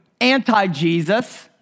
anti-Jesus